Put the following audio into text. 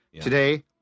Today